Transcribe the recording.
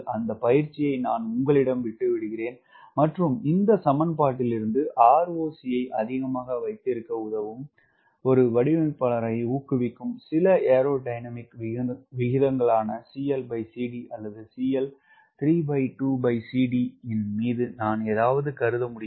இந்த பயிற்சியை நான் உங்களிடம் விட்டு விடுகிறேன் மற்றும் இந்த சமன்பாட்டிலிருந்து ROC ஐ அதிகமாக வைத்திருக்க உதவும் ஒரு வடிவமைப்பாளரை ஊக்குவிக்கும் சில ஏரோடையனாமிக் விகிதங்களான அல்லது ன் மீது நான் ஏதாவது கருத்து முடியுமா